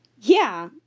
Yeah